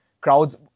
crowds